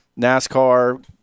NASCAR